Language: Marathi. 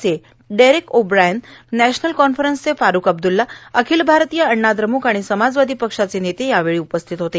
चे डेरेक ओ ब्रायन नॅशनल कॉन्फरंसचे फारूक अब्दुल्ला अखिल भारतीय अण्णा द्रमुक आणि समाजवादी पक्षाचे नेते यावेळी उपस्थित होते